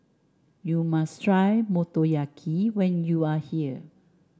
you must try Motoyaki when you are here